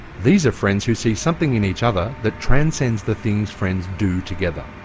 these are friends who see something in each other that transcends the things friends do together.